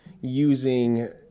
using